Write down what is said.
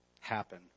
happen